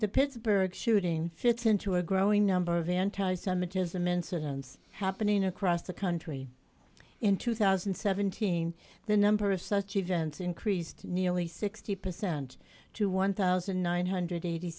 the pittsburgh shooting fits into a growing number of anti semitism incidents happening across the country in two thousand and seventeen the number of such events increased nearly sixty percent to one thousand nine hundred and eighty